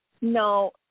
No